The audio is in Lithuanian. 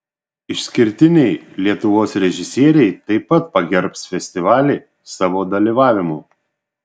išskirtiniai lietuvos režisieriai taip pat pagerbs festivalį savo dalyvavimu